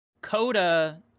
Coda